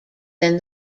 than